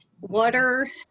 water